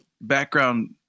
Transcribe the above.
background